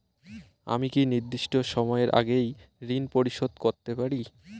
আমি কি নির্দিষ্ট সময়ের আগেই ঋন পরিশোধ করতে পারি?